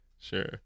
Sure